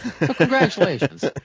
Congratulations